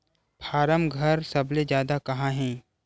form घर सबले जादा कहां हे